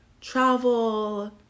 travel